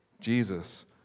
Jesus